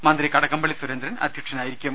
മന്ത്രി കടകംപള്ളി സുരേന്ദ്രൻ അധ്യക്ഷനായി രിക്കും